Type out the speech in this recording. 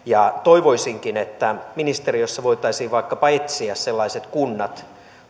toivoisinkin että ministeriössä voitaisiin vaikkapa etsiä sellaiset kunnat